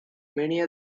many